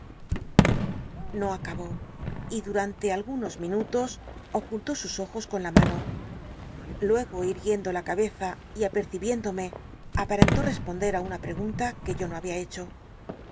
o acabó y dnranl r algunos minutos ocultó lih ojos con la mano luego irgniendo la cabeza y apercibiéndome aparentó r'ci oncler i una pt cgunta c ue yo no habia hecho